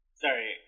sorry